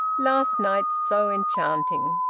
last night so enchanting.